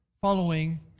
following